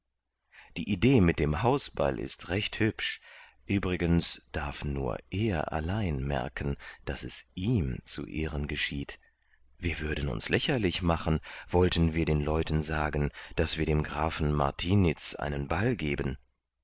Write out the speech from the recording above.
die idee mit dem hausball ist recht hübsch übrigens darf nur er allein merken daß es ihm zu ehren geschieht wir würden uns lächerlich machen wollten wir den leuten sagen daß wir dem grafen martiniz einen ball geben